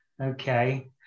Okay